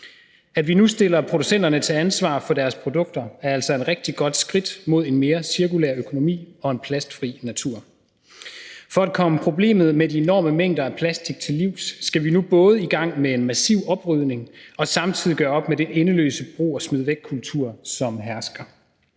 At vi nu stiller producenterne til ansvar for deres produkter, er altså et rigtig godt skridt mod en mere cirkulær økonomi og en plastfri natur. For at komme problemet med de enorme mængder af plastik til livs skal vi nu i gang med en massiv oprydning og samtidig gøre op med den endeløse brug og smid væk-kultur, som hersker.